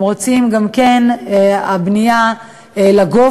והם רוצים גם בנייה לגובה,